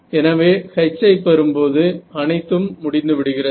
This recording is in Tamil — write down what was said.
எனவே H ஐ பெறும் போது அனைத்தும் முடிந்துவிடுகிறது